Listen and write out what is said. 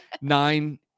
Nine